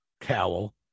cowl